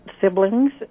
siblings